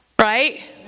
Right